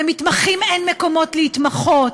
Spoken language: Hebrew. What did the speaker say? שלמתמחים אין מקומות להתמחות.